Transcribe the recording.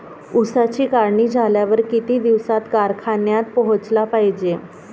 ऊसाची काढणी झाल्यावर किती दिवसात कारखान्यात पोहोचला पायजे?